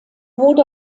wurde